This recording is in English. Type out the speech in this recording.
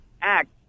Act